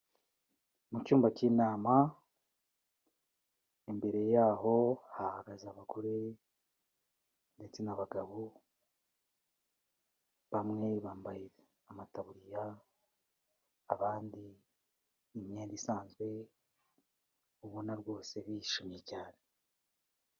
Mu cyumba cy'inama imbere yaho hahagaze abagore ndetse n'abagabo, bamwe bambaye amataburiya abandi ni imyenda isanzwe ubona rwose bishimye cyane.